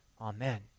Amen